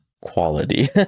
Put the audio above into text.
quality